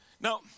Now